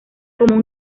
como